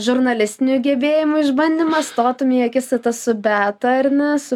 žurnalistinių gebėjimų išbandymas stotum į akistatą su beata ar ne su